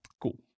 Cool